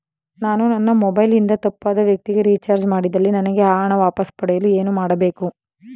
ನಾನು ನನ್ನ ಮೊಬೈಲ್ ಇಂದ ತಪ್ಪಾದ ವ್ಯಕ್ತಿಗೆ ರಿಚಾರ್ಜ್ ಮಾಡಿದಲ್ಲಿ ನನಗೆ ಆ ಹಣ ವಾಪಸ್ ಪಡೆಯಲು ಏನು ಮಾಡಬೇಕು?